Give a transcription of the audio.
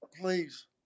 please